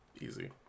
Easy